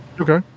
Okay